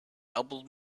elbowed